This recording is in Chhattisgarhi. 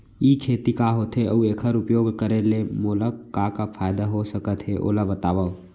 ई खेती का होथे, अऊ एखर उपयोग करे ले मोला का का फायदा हो सकत हे ओला बतावव?